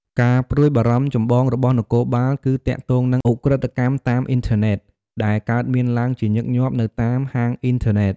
ការព្រួយបារម្ភចម្បងរបស់នគរបាលគឺទាក់ទងនឹង ឧក្រិដ្ឋកម្មតាមអ៊ីនធឺណិត ដែលកើតមានឡើង ជាញឹកញាប់ នៅតាម ហាងអ៊ីនធឺណិត។